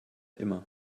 immer